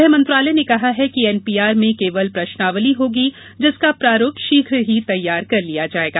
गृह मंत्रालय ने कहा है कि एनपीआर में केवल प्रश्नावली होगी जिसका प्रारूप शीघ्र ही तैयार कर लिया जाएगा